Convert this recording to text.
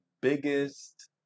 biggest